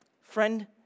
Friend